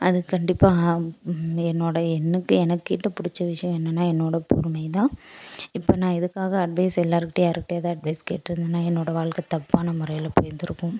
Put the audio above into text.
அது கண்டிப்பாக என்னோடய என்னு எனக்கிட்ட பிடிச்ச விஷயம் என்னென்னா என்னோடய பொறுமை தான் இப்போ நான் எதுக்காக அட்வைஸ் எல்லோருக்கிட்டையும் யாருக்கிட்டையாவது அட்வைஸ் கேட்டுருந்தேனா என்னோடய வாழ்க்கை தப்பான முறையில் போயிருந்துருக்கும்